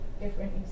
different